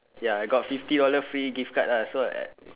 ya I got fifty dollar free gift card lah so I add